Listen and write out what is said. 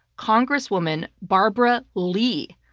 congresswoman barbara lee,